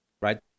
right